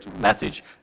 message